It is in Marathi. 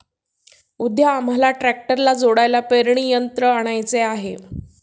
उद्या आम्हाला ट्रॅक्टरला जोडायला पेरणी यंत्र आणायचे आहे